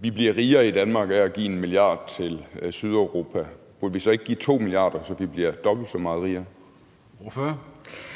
vi bliver rigere i Danmark af at give 1 milliard til Sydeuropa, burde vi så ikke give 2 milliarder, så vi bliver dobbelt så meget rigere?